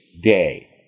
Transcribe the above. day